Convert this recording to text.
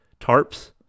tarps